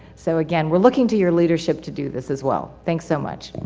so again, we're looking to your leadership to do this as well. thanks so much.